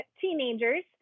teenagers